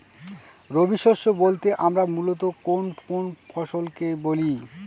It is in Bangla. রবি শস্য বলতে আমরা মূলত কোন কোন ফসল কে বলি?